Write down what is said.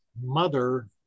mother